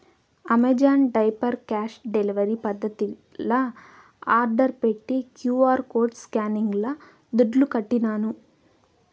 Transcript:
Amazon diaper cash delivery పద్దతిల order పెట్టి QR code స్కానింగ్ల దుడ్లుకట్టినాను